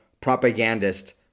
propagandist